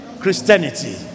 Christianity